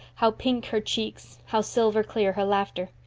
how pink her cheeks, how silver-clear her laughter!